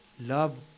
love